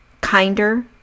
kinder